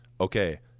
okay